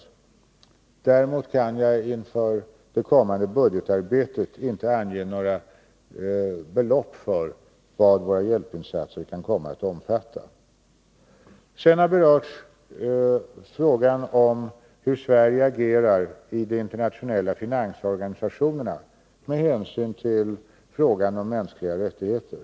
Nr 31 Däremot kan jag inför det kommande budgetarbetet inte ange några belopp RN Måndagen den för vad våra hjälpinsatser kan komma att omfatta. Sedan har berörts frågan om hur Sverige agerar vid de internationella finansorganisationerna med hänsyn till frågan om mänskliga rättigheter.